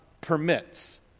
permits